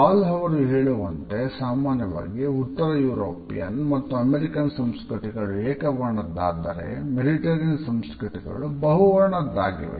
ಹಾಲ್ ಅವರು ಹೇಳುವಂತೆ ಸಾಮಾನ್ಯವಾಗಿ ಉತ್ತರ ಯುರೋಪಿಯನ್ ಮತ್ತು ಅಮೆರಿಕನ್ ಸಂಸ್ಕೃತಿಗಳು ಏಕವರ್ಣದ್ದಾದರೆ ಮೆಡಿಟರೇನಿಯನ್ ಸಂಸ್ಕೃತಿಗಳು ಬಹು ವರ್ಣದ್ದಾಗಿವೆ